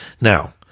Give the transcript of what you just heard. Now